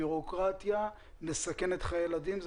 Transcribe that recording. בירוקרטיה מסכנת חיי ילדים,